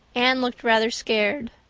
anne looked rather scared.